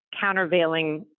countervailing